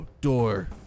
door